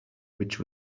which